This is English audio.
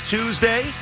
Tuesday